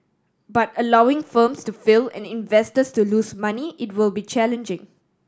but allowing firms to fail and investors to lose money it will be challenging